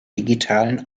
digitalen